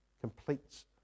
completes